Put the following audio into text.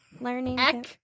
Learning